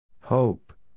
Hope